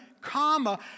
comma